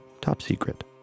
top-secret